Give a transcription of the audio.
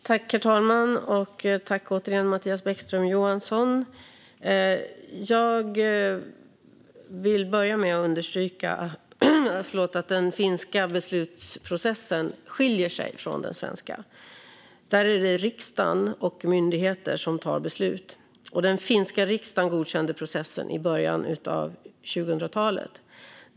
Herr talman och Mattias Bäckström Johansson! Jag vill börja med att understryka att den finska beslutsprocessen skiljer sig från den svenska. I Finland är det riksdagen och myndigheter som fattar beslut, och den finska riksdagen godkände processen i början av 2000-talet.